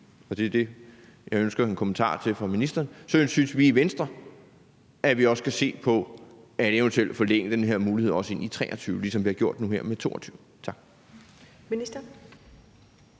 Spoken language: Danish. og det er det, jeg ønsker en kommentar til fra ministeren, at vi også skal se på eventuelt at forlænge den her mulighed også ind i 2023, ligesom vi har gjort det nu her med 2022. Tak. Kl.